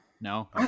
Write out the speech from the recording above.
no